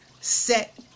set